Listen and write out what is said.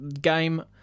game